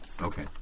Okay